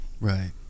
Right